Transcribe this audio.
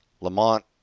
Lamont